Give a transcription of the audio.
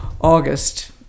August